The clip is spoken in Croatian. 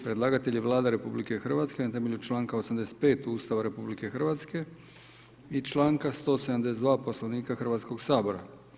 Predlagatelj je Vlada RH na temelju članka 85 ustava RH i članka 172 Poslovnika Hrvatskog sabora.